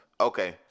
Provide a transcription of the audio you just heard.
Okay